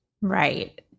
Right